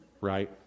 right